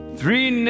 three